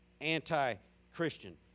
anti-Christian